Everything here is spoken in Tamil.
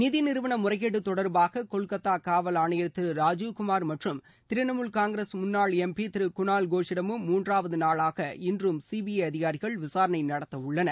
நிதி நிறுவன முறைகேடு தொடர்பாக கொல்கத்தா காவல் ஆணையர் திரு ராஜிவ்குமார் மற்றும் திரிணாமுல் காங்கிரஸ் முன்னாள் பி ஸ் திரு குணால் கோஷிடமும் மூன்றாவது நாளாக இன்றும் விசாரனை நடத்தவுள்ளனர்